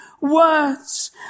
words